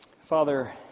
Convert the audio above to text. Father